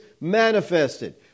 manifested